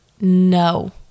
no